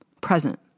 Present